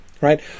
right